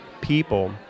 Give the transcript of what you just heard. people